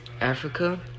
africa